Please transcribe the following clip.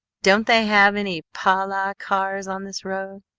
don't they have any pahlah cars on this road?